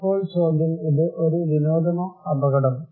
ഇപ്പോൾ ചോദ്യം ഇത് ഒരു വിനോദമോ അപകടമോ